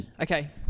Okay